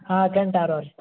ಹಾಂ Kent R ಓ